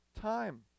time